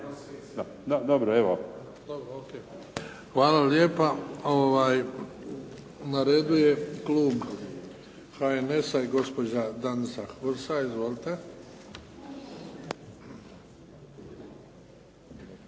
Hvala lijepo. Na redu je klub HNS-a i gospođa Danica Hursa. Izvolite. **Hursa,